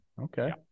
Okay